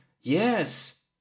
Yes